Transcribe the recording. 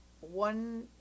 One